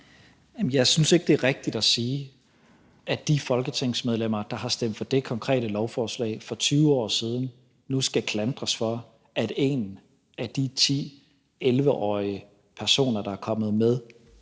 Jeg synes ikke, det er rigtigt at sige, at de folketingsmedlemmer, der har stemt for det konkrete lovforslag for 20 år siden, nu skal klandres for, at en af de 10-11-årige personer, der er kommet med